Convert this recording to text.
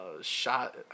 shot